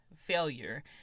failure